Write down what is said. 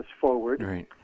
forward